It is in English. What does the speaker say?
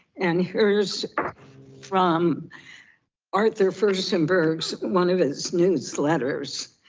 and here's from arthur firstenberg's, one of his newsletters,